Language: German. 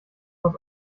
vors